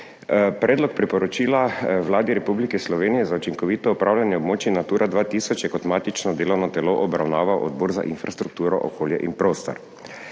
Predlog priporočila Vladi Republike Slovenije za učinkovito upravljanje območij Natura 2000 je kot matično delovno telo obravnaval Odbor za infrastrukturo, okolje in prostor.